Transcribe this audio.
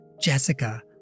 Jessica